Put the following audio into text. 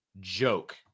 joke